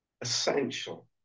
essential